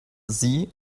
see